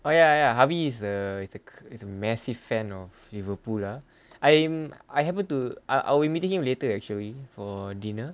oh ya ya havi is a is a is a massive fan of liverpool lah I'm I happened to I will I will meeting him later actually for dinner